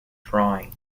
drawing